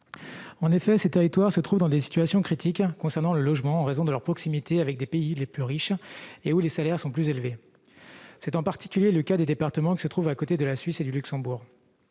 En effet, ces territoires se trouvent dans des situations critiques en matière de logement en raison de leur proximité avec des pays plus riches, où les salaires sont plus élevés. C'est en particulier le cas des départements qui se trouvent à côté de la Suisse et du Luxembourg.